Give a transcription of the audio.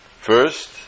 first